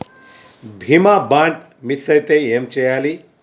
బీమా bond miss అయితే ఏం చేయాలి?